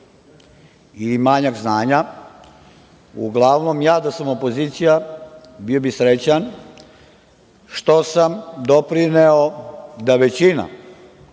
i manjak znanja, uglavnom, ja da sam opozicija, bio bih srećan što sam doprineo da većina,